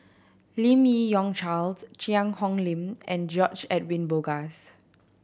Lim Yi Yong Charles Cheang Hong Lim and George Edwin Bogaars